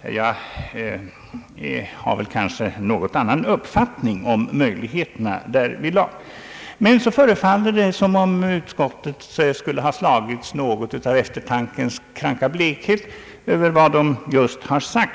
Jag har kanske en annan uppfattning om möjligheterna därvidlag. Men sedan förefaller det som om utskottet skulle ha drabbats av eftertankens kranka blekhet, ty utskottet